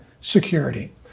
security